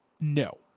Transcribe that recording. no